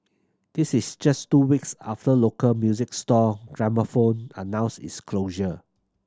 this is just two weeks after local music store Gramophone announced its closure